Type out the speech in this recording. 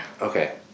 Okay